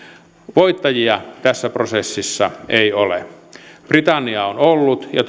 voittajia tässä prosessissa ei ole britannia on ollut ja